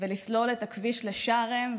ולסלול את הכביש לשארם,